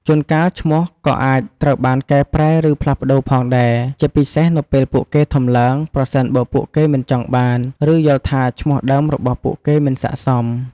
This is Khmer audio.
ជួនកាលឈ្មោះក៏អាចត្រូវបាន កែប្រែ ឬ ផ្លាស់ប្តូរផងដែរ ជាពិសេសនៅពេលពួកគេធំឡើង ប្រសិនបើពួកគេមិនចង់បាន ឬ យល់ថាឈ្មោះដើមរបស់ពួកគេមិនស័ក្តិសម។